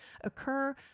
occur